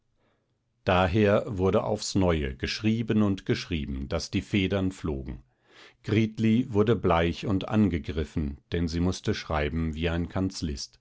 daher wurde aufs neue geschrieben und geschrieben daß die federn flogen gritli wurde bleich und angegriffen denn sie mußte schreiben wie ein